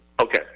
Okay